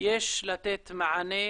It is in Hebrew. יש לתת מענה